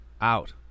out